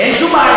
אין בעיה,